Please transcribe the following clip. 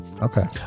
Okay